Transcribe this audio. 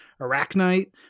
Arachnite